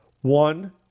One